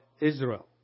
Israel